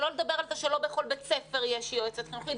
שלא לדבר על זה שלא בכל בית ספר יש יועצת חינוכית,